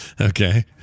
okay